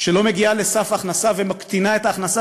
שלא מגיעה לסף ההכנסה ומקטינה את ההכנסה